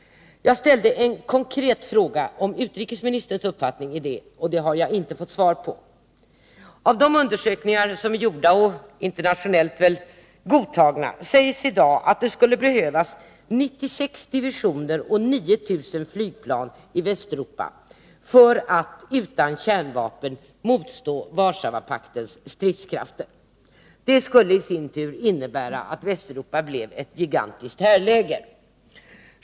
Jag ställde en konkret fråga om utrikesministerns uppfattning här, och den har jag inte fått svar på. I de undersökningar som är gjorda och som torde vara internationellt godkända sägs att det i dag skulle behövas 96 divisioner och 9 000 flygplan i Västeuropa för att man utan kärnvapen skulle kunna stå emot Warszawapaktens då stridskrafter. Det skulle i sin tur innebära att Västeuropa blev ett gigantiskt härläger.